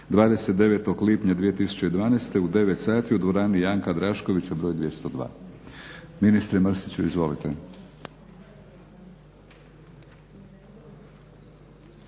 29. lipnja 2012. u 9 sati u dvorani Janka Draškovića broj 202. Ministre Mrsiću izvolite.